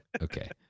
Okay